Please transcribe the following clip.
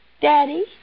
Daddy